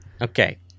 Okay